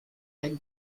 egg